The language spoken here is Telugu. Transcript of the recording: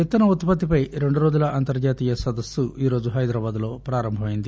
విత్తన ఉత్పత్తిపై రెందురోజుల అంతర్జాతీయ సదస్సు ఈరోజు హైదరాబాద్లో పారంభమైంది